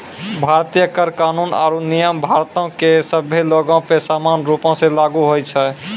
भारतीय कर कानून आरु नियम भारतो के सभ्भे लोगो पे समान रूपो से लागू होय छै